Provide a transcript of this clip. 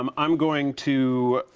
um i'm going to,